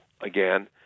again